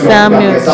Samuel